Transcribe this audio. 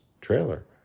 trailer